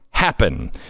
happen